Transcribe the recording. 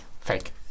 Fake